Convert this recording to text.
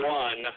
one